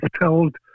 told